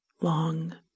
long